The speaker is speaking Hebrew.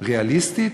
ריאליסטית,